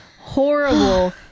horrible